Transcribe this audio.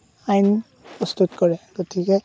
আইন প্ৰস্তুত কৰে গতিকে